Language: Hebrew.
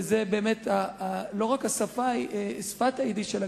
וזה לא רק שפת היידיש,